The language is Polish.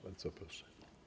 Bardzo proszę.